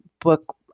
book